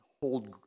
hold